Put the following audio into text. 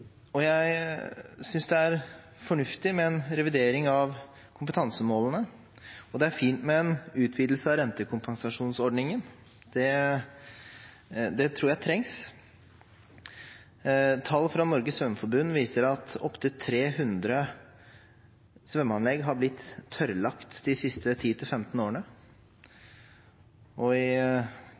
og jeg synes det er fornuftig med en revidering av kompetansemålene. Det er fint med en utvidelse av rentekompensasjonsordningen – det tror jeg trengs. Tall fra Norges Svømmeforbund viser at opp til 300 svømmeanlegg har blitt tørrlagt de siste